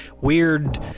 weird